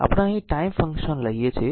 આપણે અહીં time function લઈએ છીએ